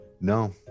no